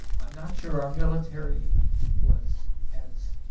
i'm not sure our military was as